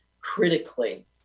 critically